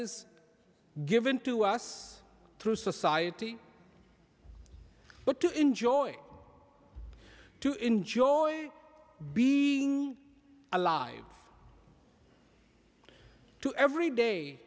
is given to us through society but to enjoy to enjoy being alive to every day